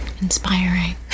inspiring